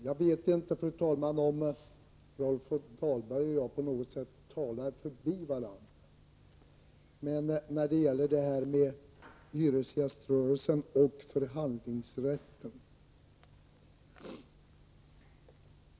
Fru talman! Jag vet inte om Rolf Dahlberg och jag på något sätt talar förbi varandra när det gäller detta med hyresgäströrelsen och förhandlingsrätt.